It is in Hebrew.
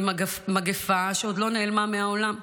היא מגפה שעוד לא נעלמה מהעולם.